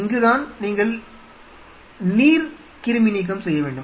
இங்குதான் நீங்கள் நீர் கிருமி நீக்கம் செய்ய வேண்டும்